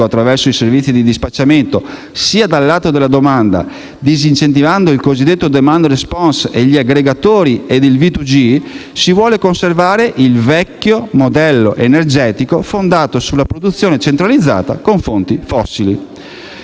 attraverso i servizi di dispacciamento, sia dal lato della domanda, disincentivando il cosiddetto *demand response*, gli aggregatori e il V2G, si vuole conservare il vecchio modello energetico fondato sulla produzione centralizzata con fonti fossili.